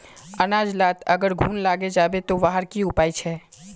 अनाज लात अगर घुन लागे जाबे ते वहार की उपाय छे?